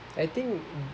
I think